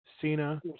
Cena